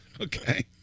Okay